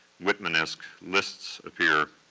whitman-esque lists appear.